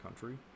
country